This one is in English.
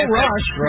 rush